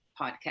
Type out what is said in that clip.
podcast